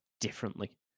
differently